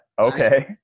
Okay